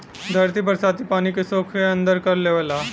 धरती बरसाती पानी के सोख के अंदर कर लेवला